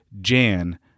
Jan